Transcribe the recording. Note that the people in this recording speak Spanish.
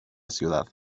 ciudad